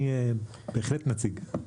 אני בהחלט נציג.